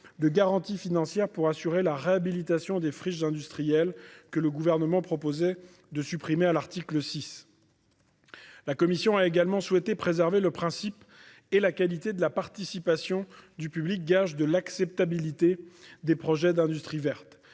de garanties financières pour assurer la réhabilitation des friches industrielles, que le Gouvernement proposait de supprimer à l'article 6. Notre commission a également souhaité préserver le principe et la qualité de la participation du public, gage de l'acceptabilité des projets d'industrie verte.